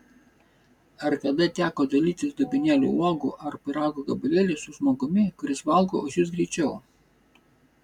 ar kada teko dalytis dubenėliu uogų ar pyrago gabalėliu su žmogumi kuris valgo už jus greičiau